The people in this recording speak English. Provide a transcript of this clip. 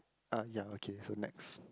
uh ya okay so next